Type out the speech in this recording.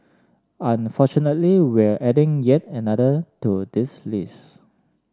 unfortunately we're adding yet another to this list